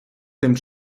тим